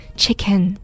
chicken